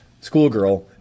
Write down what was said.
schoolgirl